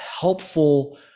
helpful